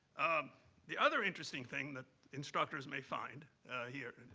the other interesting thing that instructors may find here,